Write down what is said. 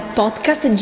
podcast